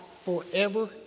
forever